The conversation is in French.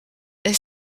est